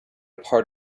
part